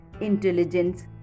Intelligence